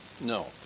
No